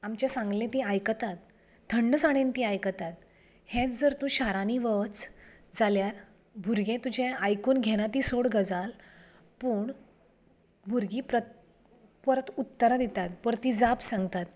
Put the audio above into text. आमचें सांगिल्लें तीं आयकतात थंडसाणेन तीं आयकतात हेंच जर तूं शारांनी वच जाल्यार भुरगे तुजें आयकून घेनात ती सोड गजाल पूण भुरगीं प्रत परत उत्तरां दितात परती जाप सांगतात